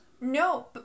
No